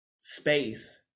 space